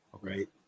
right